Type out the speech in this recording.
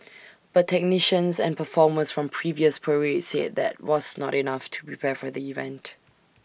but technicians and performers from previous parades said that was not enough to prepare for the event